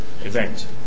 event